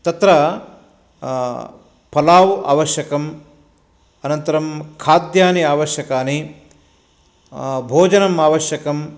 तत्र पलाव् आवश्यकम् अनन्तरं खाद्यानि आवश्यकानि भोजनम् आवश्यकं